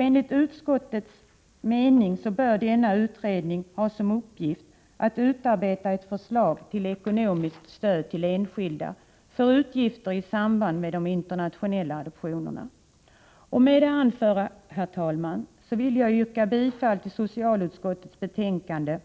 Enligt utskottets mening bör denna utredning ha till uppgift att utarbeta ett förslag till ekonomiskt stöd till enskilda för utgifter i samband med internationella adoptioner. Med det anförda, herr talman, yrkar jag bifall till socialutskottets hemställan i betänkandena